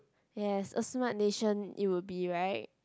yes a smart nation it will be right